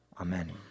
Amen